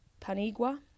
Panigua